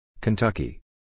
Kentucky